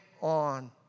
on